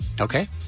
Okay